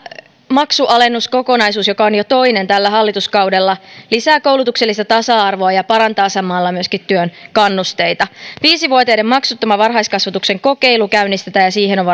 maksualennuskokonaisuus joka on jo toinen tällä hallituskaudella lisää koulutuksellista tasa arvoa ja parantaa samalla myöskin työn kannusteita viisivuotiaiden maksuttoman varhaiskasvatuksen kokeilu käynnistetään ja siihen on varattu